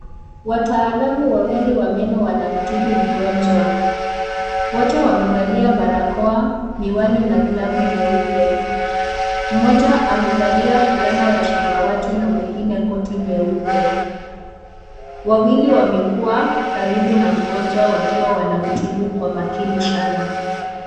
Wataalamu wawili wa meno wanamtibu mgonjwa, wote wamevalia barakoa, miwani na glovu nyeupe, mmoja amevalia fulana ya samawati na mwingine koti nyeupe, wawili wamekuwa karibu na mgonjwa, wakiwa wanamtibu kwa makini sana.